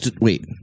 Wait